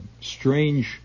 strange